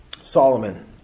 Solomon